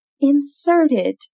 inserted